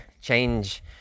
change